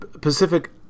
Pacific